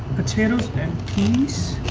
potatoes and peas.